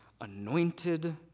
anointed